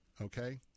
okay